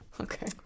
Okay